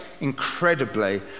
incredibly